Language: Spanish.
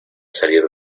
salir